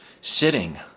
sitting